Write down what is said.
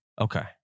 Okay